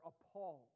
appalled